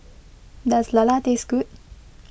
does Lala taste good